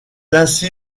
ainsi